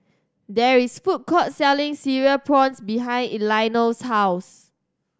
there is food court selling Cereal Prawns behind Elinore's house